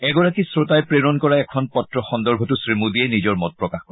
এগৰাকী শ্ৰোতাই প্ৰেৰণ কৰা এখন পত্ৰ সন্দৰ্ভতো শ্ৰী মোদীয়ে নিজৰ মত প্ৰকাশ কৰে